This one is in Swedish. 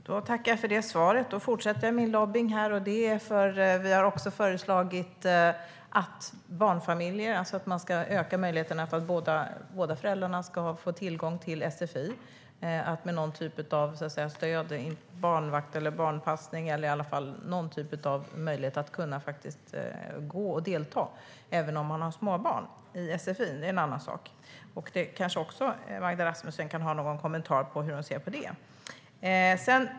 Herr talman! Jag tackar för det svaret och fortsätter min lobbning. När det gäller barnfamiljer har vi föreslagit att möjligheten för båda föräldrarna i barnfamiljer att få tillgång till sfi ska utökas med någon typ av stöd - barnvakt, barnpassning eller någon annan möjlighet att kunna delta i sfi:n även om man har småbarn. Det är en annan sak. Magda Rasmusson kanske kan kommentera hur hon ser på det.